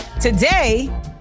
today